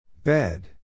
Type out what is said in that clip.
Bed